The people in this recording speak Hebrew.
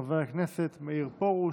של חבר הכנסת מאיר פרוש.